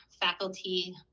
faculty